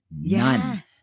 None